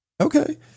Okay